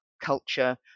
culture